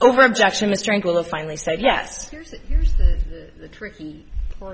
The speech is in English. over objection mr angle of finally said yes there's the tricky part